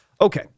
Okay